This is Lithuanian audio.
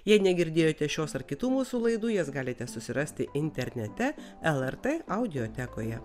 jei negirdėjote šios ar kitų mūsų laidų jas galite susirasti internete lrt audiotekoje